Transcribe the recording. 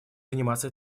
заниматься